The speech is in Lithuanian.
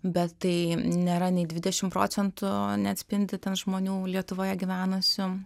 bet tai nėra nei dvidešim procentų neatspindi ten žmonių lietuvoje gyvenusių